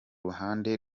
ruhande